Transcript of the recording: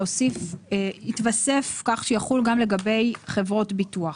להוסיף "התווסף כך שיחול גם לגבי חברות ביטוח".